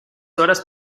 horas